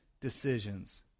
decisions